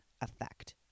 effect